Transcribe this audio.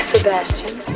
Sebastian